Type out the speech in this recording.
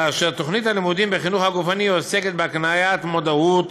תוכנית הלימודים בחינוך גופני עוסקת בהקניית מודעות